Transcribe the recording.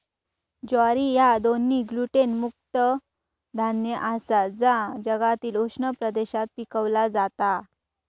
ज्वारी ह्या दोन्ही ग्लुटेन मुक्त धान्य आसा जा जगातील उष्ण प्रदेशात पिकवला जाता